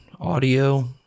audio